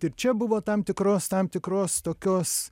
ir čia buvo tam tikros tam tikros tokios